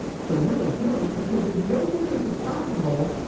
so really, tell me, because if you don't think this is possible,